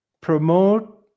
promote